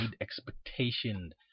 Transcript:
expectation